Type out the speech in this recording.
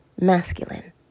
Masculine